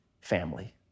family